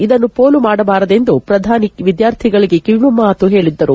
ಇದನ್ನು ಪೋಲು ಮಾಡಬಾರದು ಎಂದು ಶ್ರಧಾನಿ ವಿದ್ವಾರ್ಥಿಗಳಿಗೆ ಕಿವಿಮಾತು ಹೇಳಿದ್ದರು